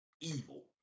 evil